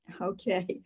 Okay